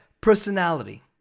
personality